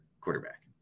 quarterback